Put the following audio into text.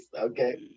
okay